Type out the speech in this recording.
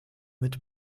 mit